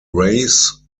race